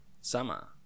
Sama